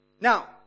Now